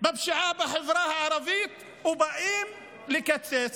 בפשיעה בחברה הערבית, ובאים לקצץ.